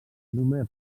només